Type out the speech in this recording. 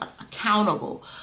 accountable